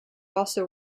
also